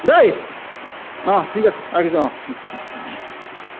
দেই অঁ ঠিক আছে ৰাখিছোঁ অঁ